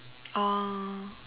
oh